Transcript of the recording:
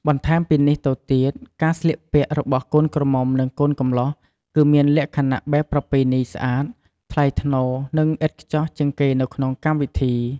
បន្ថែមពីនេះទៅទៀត ការស្លៀកពាក់របស់កូនក្រមុំនិងកូនកំលោះគឺមានលក្ខណះបែបប្រពៃណីស្អាត ថ្លៃថ្នូរ និងឥតខ្ចោះជាងគេនៅក្នុងកម្មវិធី។